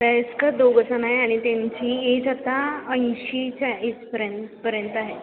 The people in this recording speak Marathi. वयस्कर दोघजण आहे आणि त्यांची एज आता ऐंशीच्या एजपर्यंत पर्यंत आहे